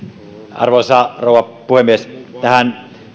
arvoisa rouva puhemies tähän